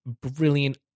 brilliant